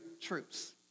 troops